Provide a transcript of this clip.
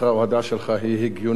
ההודעה שלך היא הגיונית